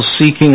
seeking